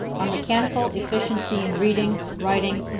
are mechanical efficiency in reading, writing,